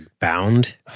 bound